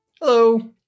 Hello